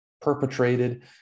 perpetrated